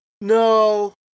No